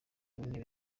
w’intebe